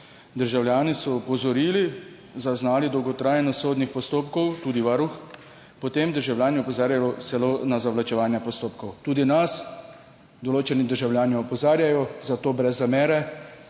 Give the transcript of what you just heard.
državljani so opozorili, zaznali dolgotrajnost sodnih postopkov, tudi Varuh. Potem: državljani opozarjajo celo na zavlačevanje postopkov. Tudi nas določeni državljani opozarjajo, zato brez zamere,